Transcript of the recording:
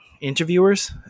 interviewers